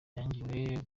yangiwe